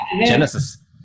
genesis